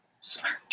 smart